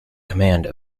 command